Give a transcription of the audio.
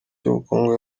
cy’ubukungu